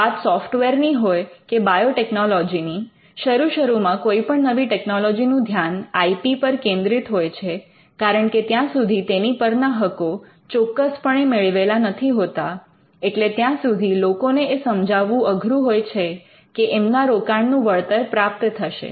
વાત સોફ્ટવેરની હોય કે બાયોટેકનોલોજીની શરૂ શરૂમાં કોઈ પણ નવી ટેકનોલોજી નું ધ્યાન આઈ પી પર કેન્દ્રિત હોય છે કારણકે ત્યાં સુધી તેની પરના હકો ચોક્કસપણે મેળવેલા નથી હોતા એટલે ત્યાં સુધી લોકોને એ સમજાવવું અઘરું હોય છે કે એમના રોકાણનું વળતર પ્રાપ્ત થશે